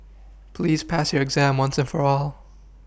please pass your exam once and for all